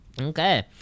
Okay